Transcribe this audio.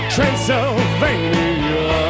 Transylvania